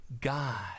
God